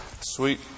sweet